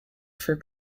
for